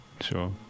sure